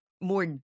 more